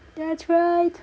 that's right